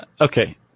okay